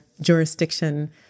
jurisdiction